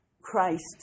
Christ